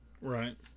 Right